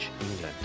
England